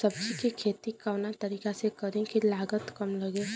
सब्जी के खेती कवना तरीका से करी की लागत काम लगे?